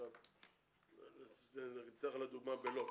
למשל בלוד.